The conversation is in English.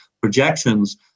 projections